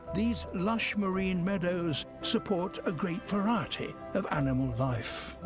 these lush marine meadows support a great variety of animal life.